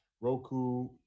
Roku